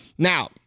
Now